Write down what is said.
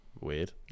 weird